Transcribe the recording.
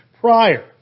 prior